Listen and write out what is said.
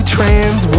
Trans